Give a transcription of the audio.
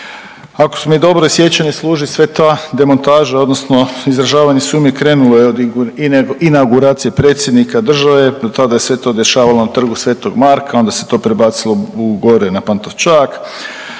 Ako me dobro sjećanje služi, sva ta demontaža odnosno izražavanje sumnji krenulo je od inauguracije Predsjednika države. Do tada se sve to dešavalo na Trgu svetoga Marka, a onda se to prebacilo gore na Pantovčak.